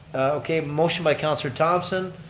okay motion by counselor thompson,